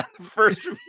First